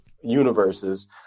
universes